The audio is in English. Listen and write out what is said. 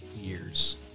years